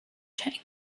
cheng